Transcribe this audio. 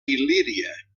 il·líria